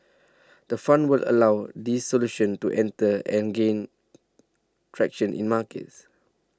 the fund will allow these solutions to enter and gain traction in markets